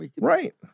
Right